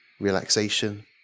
relaxation